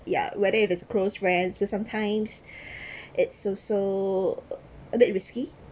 yeah whether if it's close friend because sometimes it's also a bit risky